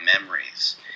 memories